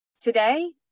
today